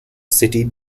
city